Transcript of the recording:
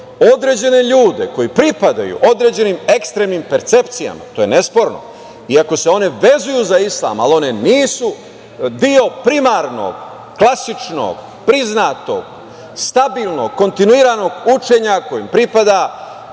određene ljudi koji pripadaju određenim ekstremnim percepcijama, to je nesporno, iako se one vezuju za islam, ali one nisu deo primarnog, klasičnog, priznatog, stabilnog, kontinuiranog učenja kojem pripada